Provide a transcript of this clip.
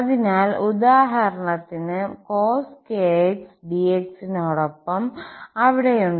അതിനാൽ ഉദാഹരണത്തിന്cos dx നോടൊപ്പം അവിടെയുണ്ട്